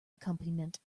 accompaniment